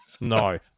No